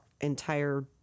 entire